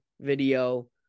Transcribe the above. video